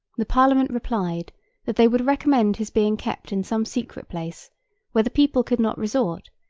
the parliament replied that they would recommend his being kept in some secret place where the people could not resort,